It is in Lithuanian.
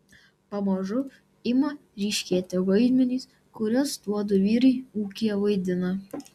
pamažu ima ryškėti vaidmenys kuriuos tuodu vyrai ūkyje vaidina